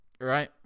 right